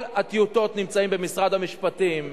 כל הטיוטות נמצאות במשרד המשפטים.